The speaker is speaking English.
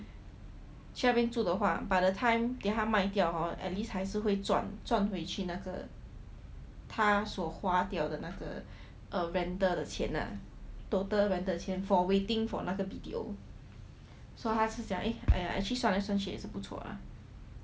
去那边住的话 by the time then 他卖掉 hor at least 还是会赚赚回去那个他所花掉的那个 err rental 的钱 total rental 的钱 for waiting for 那个 B_T_O so 他讲 actually 算来算去还是不错 lah